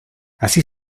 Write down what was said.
así